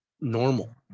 normal